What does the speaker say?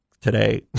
today